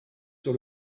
sur